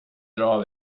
drar